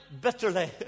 bitterly